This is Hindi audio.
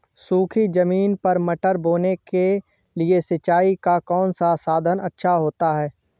सूखी ज़मीन पर मटर बोने के लिए सिंचाई का कौन सा साधन अच्छा होता है?